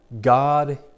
God